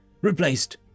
replaced